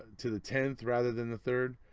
to the tenth, rather than the third?